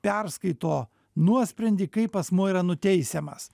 perskaito nuosprendį kaip asmuo yra nuteisiamas